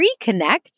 reconnect